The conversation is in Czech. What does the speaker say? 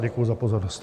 Děkuji za pozornost.